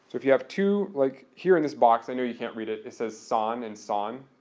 if you have two like here in this box, i know you can't read it, it says san and san,